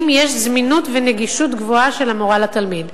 אם יש זמינות ונגישות גבוהה של המורה לתלמיד.